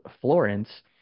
Florence